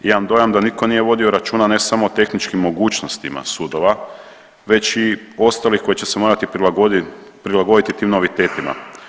Imam dojam da nitko nije vodio računa ne samo o tehničkim mogućnostima sudova već i ostalih koji će se morati prilagoditi tim novitetima.